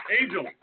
angel